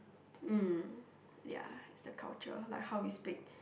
mm ya it's the culture like how we speak